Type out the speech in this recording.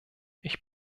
ich